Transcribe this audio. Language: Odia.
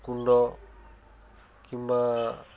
କୁଣ୍ଡ କିମ୍ବା